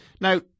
Now